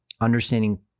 understanding